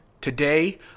Today